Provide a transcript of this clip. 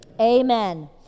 Amen